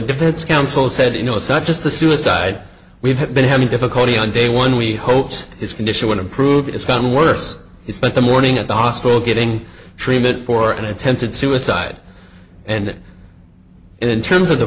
defense counsel said you know it's not just the suicide we've been having difficulty on day one we hoped his condition would improve it's gotten worse he spent the morning at the hospital getting treatment for an attempted suicide and in terms of the